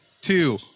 two